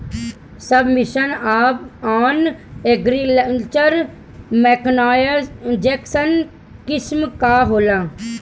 सब mission on agriculture mechanisation scheme का होला?